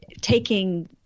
taking